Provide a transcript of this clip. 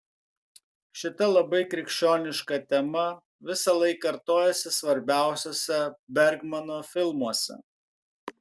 šita labai krikščioniška tema visąlaik kartojasi svarbiausiuose bergmano filmuose